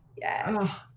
Yes